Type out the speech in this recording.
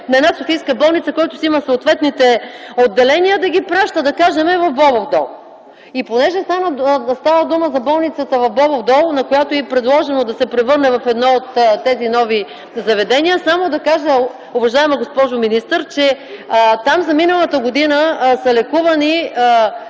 на една софийска болница, който си има съответните отделения, да ги праща, примерно, в Бобов дол? И понеже става дума за болницата в Бобов дол, на която й е предложено да се превърне в едно от тези нови заведения, само да кажа, уважаема госпожо министър, че там за миналата година са лекувани